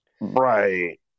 Right